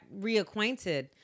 reacquainted